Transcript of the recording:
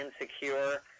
insecure